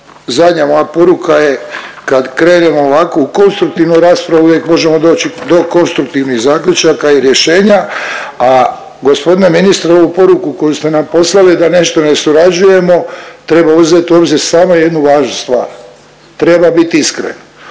zadnja moja poruka je kad krenemo ovako u konstruktivnu raspravu uvijek možemo doći do konstruktivnih zaključaka i rješenja, a gospodine ministre ovu poruku koju ste nam poslali da nešto ne surađujemo treba uzet u obzir samo jednu važnu stvar, treba biti iskren,